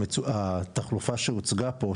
התחלופה שהוצגה פה,